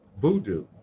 Voodoo